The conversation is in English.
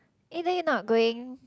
eh then you not going